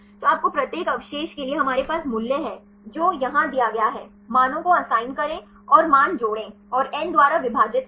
तो आपको प्रत्येक अवशेष के लिए हमारे पास मूल्य है जो यहां दिया गया है मानों को असाइन करें और मान जोड़ें और एन द्वारा विभाजित करें